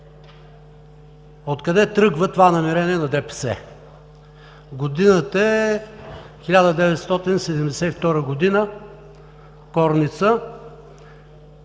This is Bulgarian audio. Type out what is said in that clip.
откъде тръгва това намерение на ДПС. Годината е 1972 – Корница.